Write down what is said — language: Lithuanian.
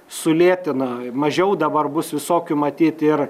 sulėtino mažiau dabar bus visokių matyt ir